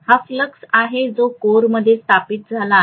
हा फ्लक्स आहे जो कोर मध्ये स्थापित झाला आहे